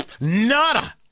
nada